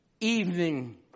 evening